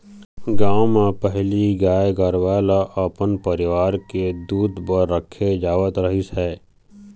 गाँव म पहिली गाय गरूवा ल अपन परिवार के दूद बर राखे जावत रहिस हे